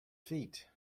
feet